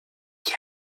qui